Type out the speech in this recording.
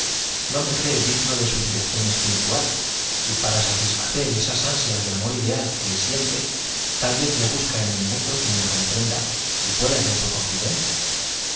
no me cree digno de su dirección espiritual y para satisfacer esas ansias de amor ideal que siente tal vez ya busca en el mundo quien la comprenda y pueda ser su confidente